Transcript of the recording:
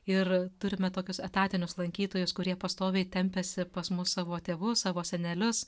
ir turime tokius etatinius lankytojus kurie pastoviai tempiasi pas mus savo tėvus savo senelius